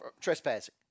trespassing